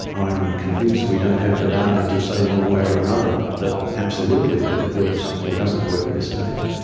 i am convinced we don't have the data to say one way or another. that absolutely that it works or doesn't work at this stage.